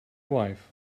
wife